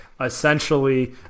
essentially